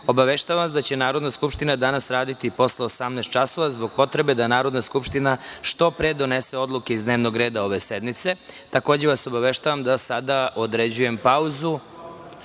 obaveštavam vas da će Narodna skupština danas raditi i posle 18.00 časova zbog potrebe da Narodna skupština što pre donese odluke iz dnevnog reda ove sednice. Takođe vas obaveštavam da sada određujem pauzu